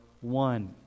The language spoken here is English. one